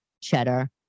cheddar